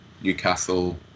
Newcastle